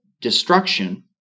destruction